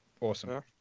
Awesome